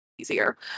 easier